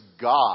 God